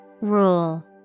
Rule